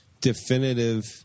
definitive